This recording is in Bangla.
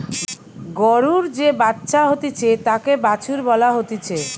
গরুর যে বাচ্চা হতিছে তাকে বাছুর বলা হতিছে